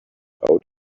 out